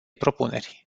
propuneri